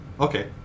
Okay